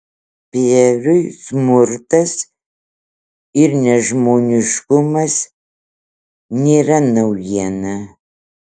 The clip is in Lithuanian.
pierui smurtas ir nežmoniškumas nėra naujiena